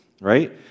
right